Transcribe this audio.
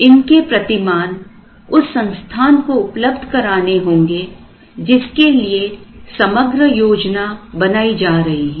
इनके प्रतिमान उस संस्थान कोउपलब्ध कराने होंगे जिसके लिए समग्र योजना बनाई जा रही है